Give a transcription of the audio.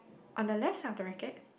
on the left side of the racket